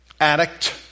Addict